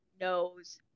knows